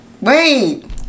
Wait